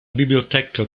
biblioteca